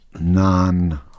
non